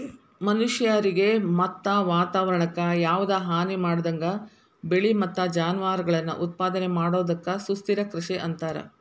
ಮನಷ್ಯಾರಿಗೆ ಮತ್ತ ವಾತವರಣಕ್ಕ ಯಾವದ ಹಾನಿಮಾಡದಂಗ ಬೆಳಿ ಮತ್ತ ಜಾನುವಾರಗಳನ್ನ ಉತ್ಪಾದನೆ ಮಾಡೋದಕ್ಕ ಸುಸ್ಥಿರ ಕೃಷಿ ಅಂತಾರ